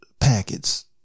Packets